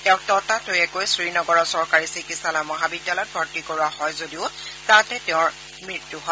তেওঁক ততাকৈয়াকৈ শ্ৰীনগৰৰ চৰকাৰী চিকিৎসালয় মহাবিদ্যালয়ত ভৰ্তি কৰোৱা হয় যদিও তাতে তেওঁৰ মৃত্যু হয়